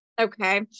okay